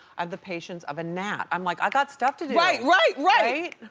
and the patients of a gnat. i'm like i've got stuff to do. right, right, right!